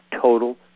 total